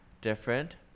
different